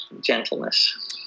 gentleness